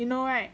you know right